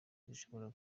bishobora